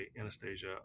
Anastasia